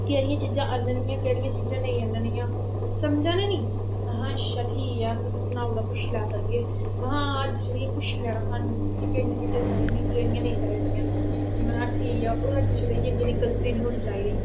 केहडियां चीजां आह्ननियां केह्ड़ी चीजां नेईं आह्ननियां समझे दे कि नी उनें आखेआ ठीक पुच्छी लेआ करगे तुसें अद बी लेना हा सानू कि केहड़ी चीजां चाहिदी केहड़ी नेईं चाहिदयां में आखेआ ठीक ऐ अज्ज तूं बाद एह् गलती नेईं होनी चाहिदी